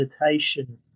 meditation